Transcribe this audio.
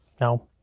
No